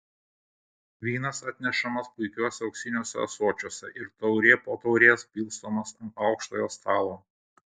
vynas atnešamas puikiuose auksiniuose ąsočiuose ir taurė po taurės pilstomas ant aukštojo stalo